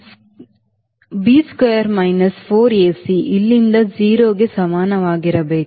B square minus 4AC ಇಲ್ಲಿಂದ 0 ಕ್ಕೆ ಸಮನಾಗಿರಬೇಕು